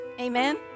Amen